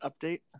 update